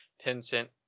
Tencent